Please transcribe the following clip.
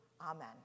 Amen